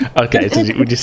okay